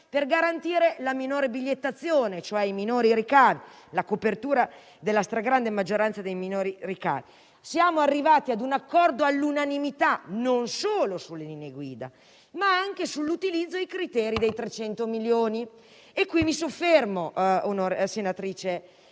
per garantire la minore bigliettazione, e cioè la copertura della stragrande maggioranza dei minori ricavi. Siamo arrivati a un accordo all'unanimità non solo sulle linee guida, ma anche sull'utilizzo e i criteri dei 300 milioni. E qui mi soffermo, onorevole senatrice;